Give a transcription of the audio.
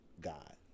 god